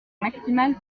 maximale